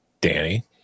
Danny